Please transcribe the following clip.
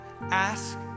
ask